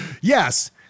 Yes